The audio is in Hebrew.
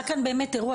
היה כאן באמת אירוע,